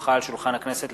הונחה על שולחן הכנסת,